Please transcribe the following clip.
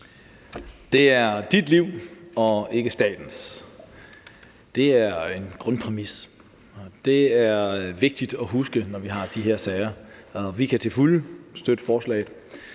Det er dit liv og ikke statens. Det er en grundpræmis, og det er vigtigt at huske, når vi har at gøre med de her sager, og vi kan til fulde støtte forslaget.